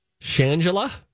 Shangela